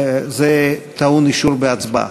זה טעון אישור והצבעה.